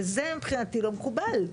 וזה מבחינתי לא מקובל.